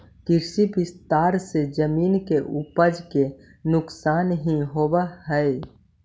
कृषि विस्तार से जमीन के उपज के नुकसान भी होवऽ हई